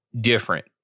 different